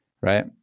right